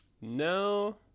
No